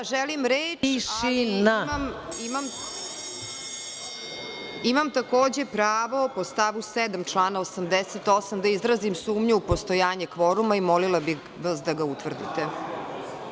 Da, želim reč, ali imam takođe pravo po članu 88. stav 7, da izrazim sumnju u postojanje kvoruma i molila bih vas da ga utvrdite.